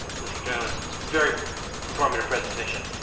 mr. janowitz, it's very informative presentation.